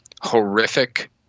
horrific